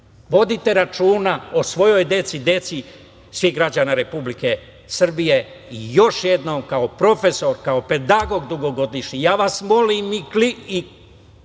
Vodite računa o svojoj deci, deci svih građana Republike Srbije. Još jednom, kao profesor, kao pedagog dugogodišnji, molim vas i